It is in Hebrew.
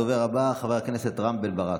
הדובר הבא, חבר הכנסת רם בן ברק,